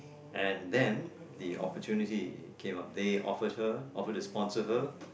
and then the opportunity came up they offered her offered to sponsor her